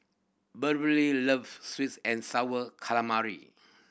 Beverley loves sweets and Sour Calamari